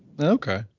Okay